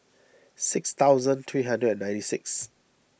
six thousand three hundred and ninety six